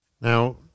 Now